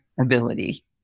ability